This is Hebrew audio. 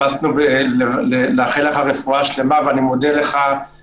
חיפשנו לאחל לך רפואה שלמה ואני מודה לקדוש